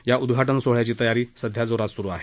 या उद्घाटन सोहळ्याची तयारी सध्या जोरात सुरु आहे